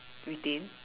retain